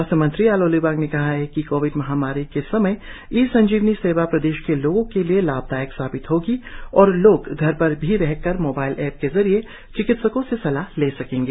स्वास्थ्य मंत्री आलो लिबांग ने कहा है कि कोविड महामारी के समय में ई संजीवनी सेवा प्रदेश के लोगों के लिए लाभदायक साबित होगी और लोग घर पर रहकर भी अपने मोबाइल के जरिए चिकित्सकों से सलाह ले सकेंगे